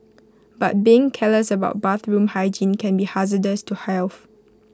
but being careless about bathroom hygiene can be hazardous to health